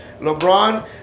lebron